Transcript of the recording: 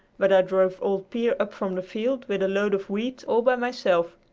but i drove old pier up from the field with a load of wheat all by myself.